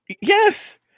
Yes